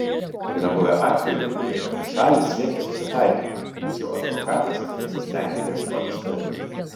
yra buvę atvejų kai abi šalys siekė susitaikymo tačiau advokatas nesistengė ieškoti sprendimo